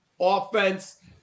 offense